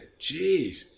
Jeez